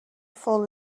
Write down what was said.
fall